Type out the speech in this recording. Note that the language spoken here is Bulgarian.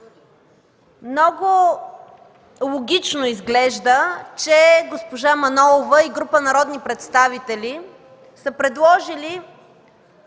Много логично изглежда, че госпожа Манолова и група народни представители са предложили